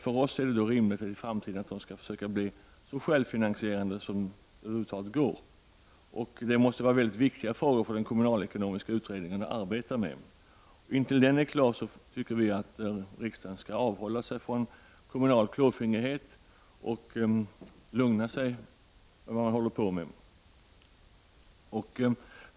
För oss är det rimligt att kommunerna i framtiden blir så självfinansierande som det över huvud taget går. Detta måste vara väldigt viktiga frågor för den kommunalekonomiska utredningen att arbeta med. Intill dess den är klar tycker vi att riksdagen skall avhålla sig från klåfingrighet visavi kommunerna och lugna sig i fråga om vad man håller på med.